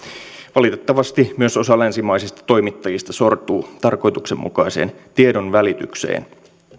valitettavasti myös osa länsimaisista toimittajista sortuu tarkoituksenmukaiseen tiedonvälitykseen